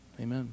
Amen